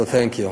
So thank you.